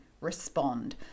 respond